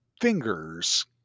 fingers